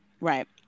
Right